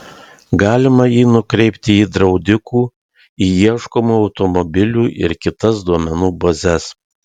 galima jį nukreipti į draudikų į ieškomų automobilių ir kitas duomenų bazes